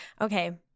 Okay